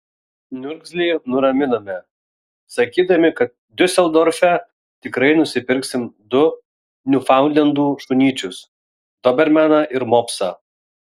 niurgzlį nuraminome sakydami kad diuseldorfe tikrai nusipirksim du niufaundlendų šunyčius dobermaną ir mopsą